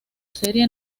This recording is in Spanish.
serie